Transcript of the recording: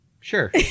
Sure